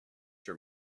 your